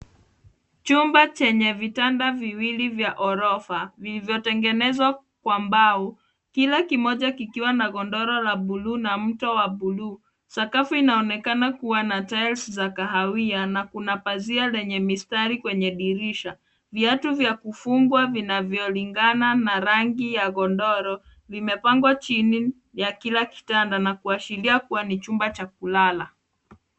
Chumba chenye vitanda viwili vya ghorofa vilivyotengenezwa kwa mbao. Kila kimoja kikiwa na godoro la buluu na mto wa buluu. Sakafu inaonekana kuwa na tiles za kahawia na kuna pazia lenye mistari kwenye dirisha. Viatu vya kufungwa vinavyolingana na rangi ya godoro vimepangwa chini ya kila kitanda na kuashiria kuwa ni chumba cha kulala.